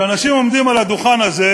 שאנשים עומדים על הדוכן הזה,